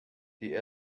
die